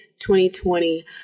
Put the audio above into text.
2020